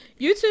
YouTube